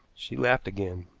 she laughed again.